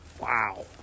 wow